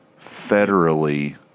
federally